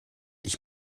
ich